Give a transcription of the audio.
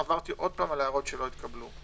עברתי שוב על ההערות שלא התקבלו.